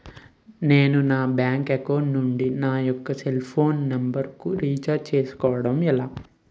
నేను నా bank account నుంచి నా యెక్క సెల్ ఫోన్ నంబర్ కు రీఛార్జ్ చేసుకోవడం ఎలా?